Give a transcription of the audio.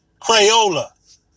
Crayola